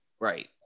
Right